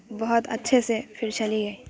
بہت اچھے سے پھر چلی گئی